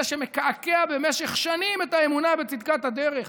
זה שמקעקע במשך שנים את האמונה בצדקת הדרך,